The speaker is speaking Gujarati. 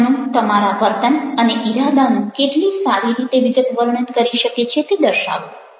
વિધાનો તમારા વર્તન અને ઈરાદાનું કેટલી સારી રીતે વિગતવર્ણન કરી શકે છે તે દર્શાવો